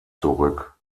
zurück